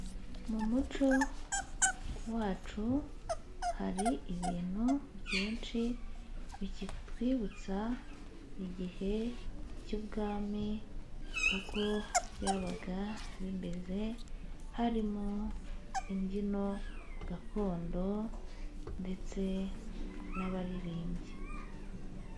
Mu muco wacu hari ibintu byinshi bikitwibutsa igihe cy'ubwami, uko byabaga bimeze, harimo imbyino gakondo ndetse n'abaririmbyi.